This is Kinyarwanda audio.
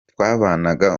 twabanaga